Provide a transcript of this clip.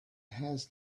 has